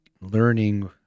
learning